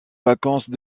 vacances